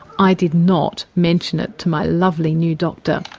i did not mention it to my lovely new doctor.